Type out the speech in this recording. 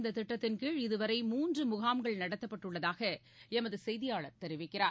இந்ததிட்டத்தின் கீழ் நடப்பாண்டில் இதுவரை மூன்றுமுகாம்கள் நடத்தப்பட்டுள்ளதாகஎமதுசெய்தியாளர் தெரிவிக்கிறார்